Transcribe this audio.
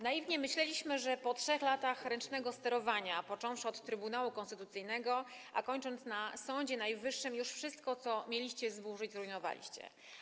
Naiwnie myśleliśmy, że po 3 latach ręcznego sterowania, począwszy od Trybunału Konstytucyjnego, a kończąc na Sądzie Najwyższym, już wszystko co mieliście zburzyć, zrujnowaliście.